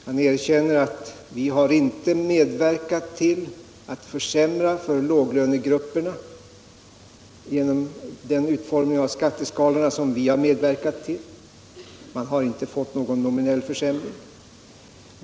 Han erkänner att vi inte har medverkat till att försämra för låglönegrupperna genom den utformning av skatteskalorna som vi har varit med om. Det har inte blivit någon nominell försämring.